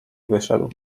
wyszedł